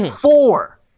four